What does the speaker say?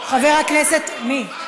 חבר הכנסת, מי?